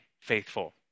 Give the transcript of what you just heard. faithful